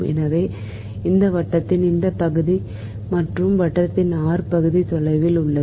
எனவே இந்த வட்டத்தின் இந்த பகுதி மற்றும் வட்டத்தின் R பகுதி தொலைவில் உள்ளது